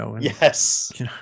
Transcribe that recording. Yes